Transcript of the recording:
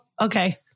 Okay